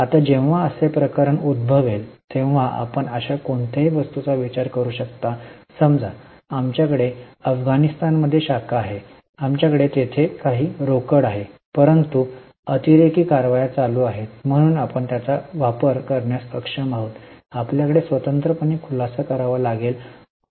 आता जेव्हा असे प्रकरण उद्भवेल तेव्हा आपण अशा कोणत्याही वस्तूचा विचार करू शकता समजा आमच्याकडे अफगाणिस्तान मध्ये शाखा आहे आमच्याकडे तेथे काही रोकड आहे परंतु अतिरेकी कारवाया चालू आहेत म्हणून आपण त्याचा वापर करण्यास अक्षम आहोत आपल्याला स्वतंत्रपणे खुलासा करावा लागेल तो